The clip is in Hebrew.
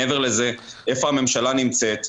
מעבר לזה, איפה הממשלה נמצאת?